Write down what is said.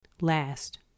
Last